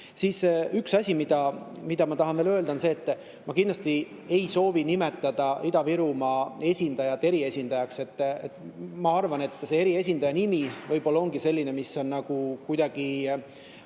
Üks asi, mida ma tahan veel öelda, on see, et ma kindlasti ei soovi nimetada Ida-Virumaa esindajat eriesindajaks. Ma arvan, et see eriesindaja nimetus on võib-olla kuidagi